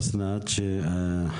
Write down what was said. שהתפתחה סביב נוף הגליל וירדה לכיוון אכסאל.